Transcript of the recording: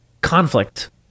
conflict